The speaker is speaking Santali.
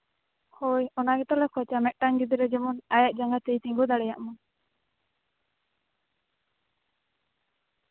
ᱦᱳᱭ ᱚᱱᱟ ᱜᱮᱛᱚᱞᱮ ᱡᱷᱚᱡᱟ ᱡᱮᱢᱚᱱ ᱢᱤᱫᱴᱟᱝ ᱜᱤᱫᱽᱨᱟᱹ ᱡᱮᱢᱚᱱ ᱟᱡᱟᱜ ᱜᱤᱫᱽᱨᱟᱹ ᱛᱮᱭ ᱛᱤᱸᱜᱩ ᱫᱟᱲᱮᱭᱟᱜᱼᱢᱟ